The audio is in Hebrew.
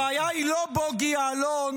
הבעיה היא לא בוגי יעלון,